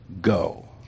go